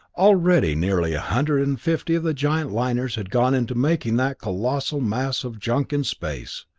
already nearly a hundred and fifty of the giant liners had gone into making that colossal mass of junk in space.